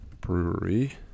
Brewery